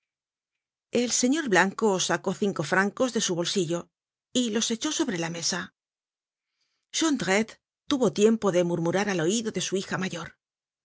el señor blanco sacó cinco francos de su bolsillo y los echó sobre la mesa jondrette tuvo tiempo de murmurar al oido de su hija mayor